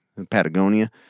Patagonia